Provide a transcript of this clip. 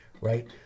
right